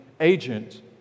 agent